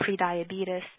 prediabetes